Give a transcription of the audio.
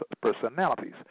personalities